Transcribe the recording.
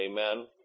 amen